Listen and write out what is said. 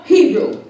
Hebrew